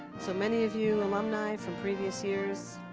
so many of you alumni from previous years